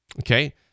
Okay